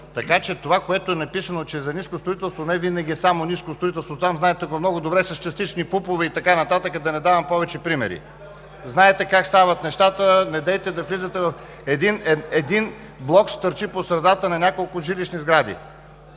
моля това, което е написано, че е за ниско строителство невинаги е само ниско строителство там, знаете много добре – частични ПУП-ове и така нататък, да не давам повече примери. Знаете как стават нещата, недейте да влизате в… Един блок стърчи по средата на няколко жилищни сгради.